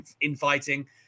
infighting